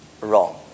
wrong